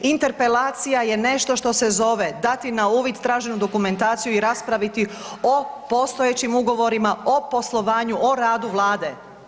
Interpelacija je nešto što se zove dati na uvid traženu dokumentaciju i raspraviti o postojećim ugovorima, o poslovanju, o radu Vlade.